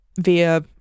via